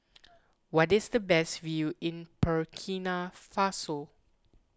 where is the best view in Burkina Faso